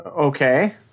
Okay